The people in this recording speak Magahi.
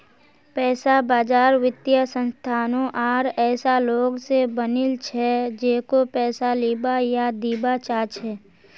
पैसा बाजार वित्तीय संस्थानों आर ऐसा लोग स बनिल छ जेको पैसा लीबा या दीबा चाह छ